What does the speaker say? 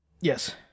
Yes